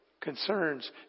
concerns